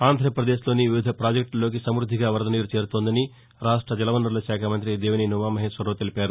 ఆంధ్రప్రదేశ్ లోని విధ పాజెక్టులలోకి సమృద్దిగా వరద నీరు చేరుతోందని రాష్ట జలవనరుల శాఖ మంఁతి దేవినేని ఉమామహేశ్వరరావు తెలిపారు